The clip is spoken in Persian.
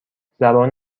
زبان